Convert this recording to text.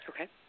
Okay